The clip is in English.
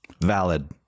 valid